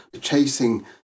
chasing